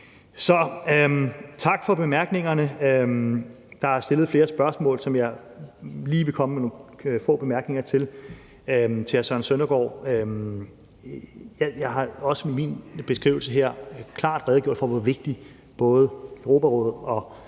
Så tak for bemærkningerne. Der er stillet flere spørgsmål, som jeg lige vil komme med nogle få bemærkninger til. Til hr. Søren Søndergaard: Jeg har også i min beskrivelse her klart redegjort for, hvor vigtig både Europarådet og